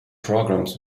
programs